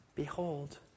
Behold